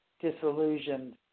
disillusioned